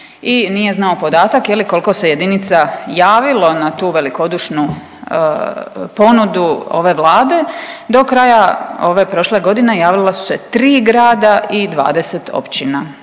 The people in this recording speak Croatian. i nije znao podatak koliko se jedinica javilo na tu velikodušnu ponudu ove Vlade. Do kraja ove prošle godine javila su se tri grada i 20 općina,